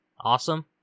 awesome